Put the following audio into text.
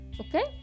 Okay